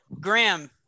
Graham